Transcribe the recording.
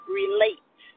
relate